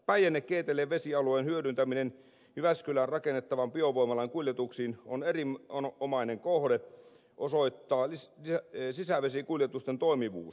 päijännekeitele vesialueen hyödyntäminen jyväskylään rakennettavan biovoimalan kuljetuksiin on erinomainen kohde osoittaa sisävesikuljetusten toimivuus